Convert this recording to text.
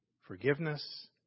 Forgiveness